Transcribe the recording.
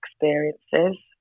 experiences